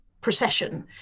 procession